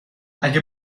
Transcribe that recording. اگه